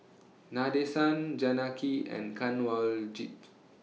Nadesan Janaki and Kanwaljit